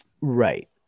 right